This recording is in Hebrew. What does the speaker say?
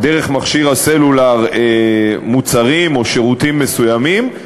דרך מכשיר הסלולר מוצרים או שירותים מסוימים.